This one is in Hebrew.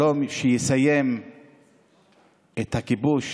שלום שיסיים את הכיבוש